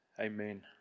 amen